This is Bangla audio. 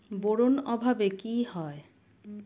বোরন অভাবে কি হয়?